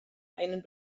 einen